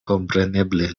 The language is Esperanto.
kompreneble